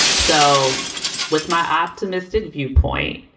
so with my optimistic viewpoint,